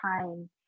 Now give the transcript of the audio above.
time